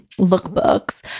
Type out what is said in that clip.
lookbooks